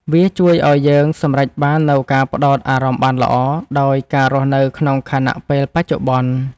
វាជួយឱ្យយើងសម្រេចបាននូវការផ្ដោតអារម្មណ៍បានល្អ ដោយការរស់នៅក្នុងខណៈពេលបច្ចុប្បន្ន។